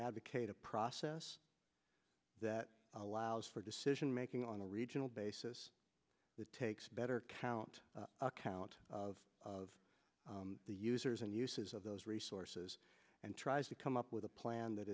advocate a process that allows for decision making on a regional basis it takes better count account of of the users and uses of those resources and tries to come up with a plan that